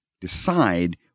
decide